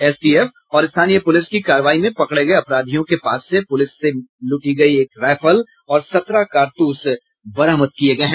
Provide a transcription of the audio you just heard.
STF और स्थानीय police की कार्रवाई में पकड़े गये अपराधियों के पास से पुलिस से लूटी गयी एक रायफल और सत्रह कारतूस बरामद किये गये हैं